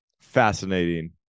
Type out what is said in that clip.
fascinating